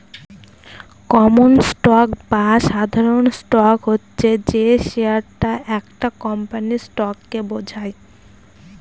common stock বা সাধারণ stock হচ্ছে যে শেয়ারটা একটা কোম্পানির স্টককে বোঝায়